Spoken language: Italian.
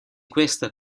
questa